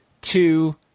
two